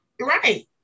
Right